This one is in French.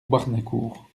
warnécourt